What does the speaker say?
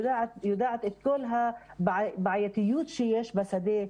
אני יודעת את הבעייתיות שיש בשדה,